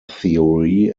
theory